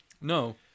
no